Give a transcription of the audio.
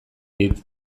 dit